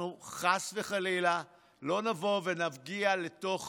אנחנו חס וחלילה לא נבוא ונגיע לתוך